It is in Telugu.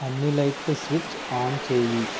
అన్ని లైట్లు స్విచ్ ఆన్ చేయి